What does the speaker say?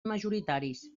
majoritaris